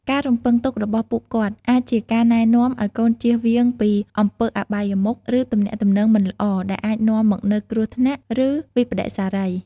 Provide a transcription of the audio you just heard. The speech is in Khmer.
ការរំពឹងទុករបស់ពួកគាត់អាចជាការណែនាំឲ្យកូនចៀសវាងពីអំពើអបាយមុខ ឬទំនាក់ទំនងមិនល្អ ដែលអាចនាំមកនូវគ្រោះថ្នាក់ ឬវិប្បដិសារី។